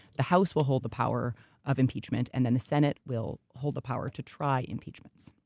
the house will hold the power of impeachment and then the senate will hold the power to try impeachments.